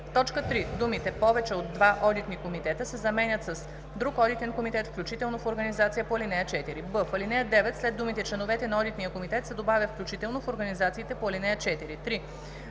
в т. 3 думите „повече от два одитни комитета“ се заменят с „друг одитен комитет, включително в организация по ал. 4“; б) в ал. 9 след думите „членовете на одитния комитет“ се добавя „включително в организациите по ал. 4“. 3.